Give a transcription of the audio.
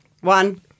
one